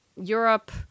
Europe